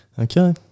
Okay